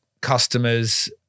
customers